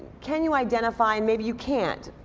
can you identify, and maybe you can't,